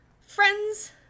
friends